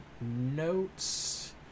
notes